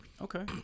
Okay